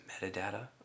metadata